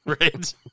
Right